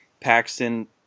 Paxton